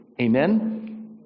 Amen